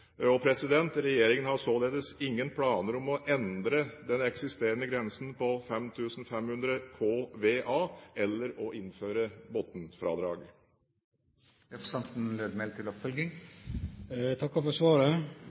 Regjeringen har således ingen planer om å endre den eksisterende grensen på 5 500 kVA eller å innføre bunnfradrag. Eg takkar for svaret. Dette spørsmålet blei stilt til